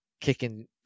kicking